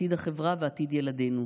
עתיד החברה ועתיד ילדינו.